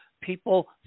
people